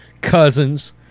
Cousins